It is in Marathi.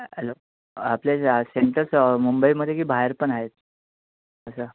हॅलो आपले सेंटर्स मुंबईमध्ये की बाहेर पण आहेत अच्छा